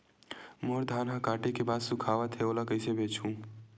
मोर धान ह काटे के बाद सुखावत हे ओला कइसे बेचहु?